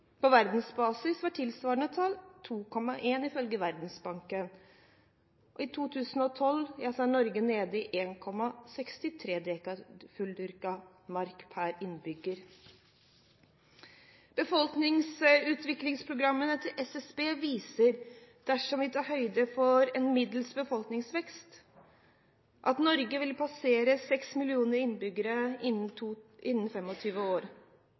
På verdensbasis var det tilsvarende tallet 2,1, ifølge Verdensbanken. I 2012 er Norge nede i 1,63 dekar fulldyrket mark per innbygger. Befolkningsutviklingsprognosene til SSB viser, dersom en tar høyde for middels befolkningsvekst, at Norge vil passere 6 millioner innbyggere innen